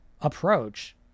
approach